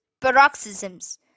Paroxysms